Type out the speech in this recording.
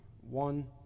One